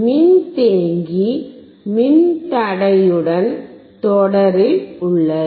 மின்தேக்கி மின்தடையுடன் தொடரில் உள்ளது